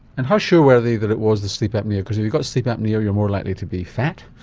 and how sure were they that it was the sleep apnoea? because if you've got sleep apnoea you're more likely to be fat,